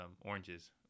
oranges